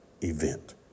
event